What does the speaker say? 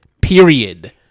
Period